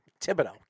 Thibodeau